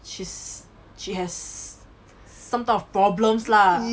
she's she has some type of problems lah